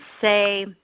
say